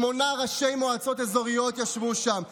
שמונה ראשי מועצות אזוריות ישבו שם.